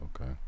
Okay